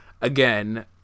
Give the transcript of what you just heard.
again